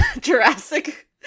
Jurassic